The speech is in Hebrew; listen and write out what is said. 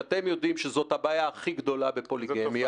שאתם יודעים שזאת הבעיה הכי גדולה בפוליגמיה